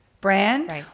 brand